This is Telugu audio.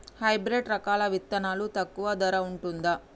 హైబ్రిడ్ రకాల విత్తనాలు తక్కువ ధర ఉంటుందా?